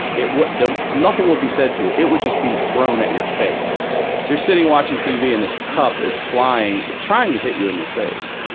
it would nothing would be said to you, it would just be thrown at your face. so you're sitting watching tv, and this cup is flying, trying to hit you in your face.